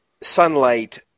sunlight